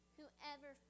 Whoever